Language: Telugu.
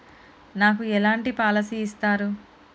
నాకు ఎలాంటి పాలసీ ఇస్తారు?